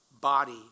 body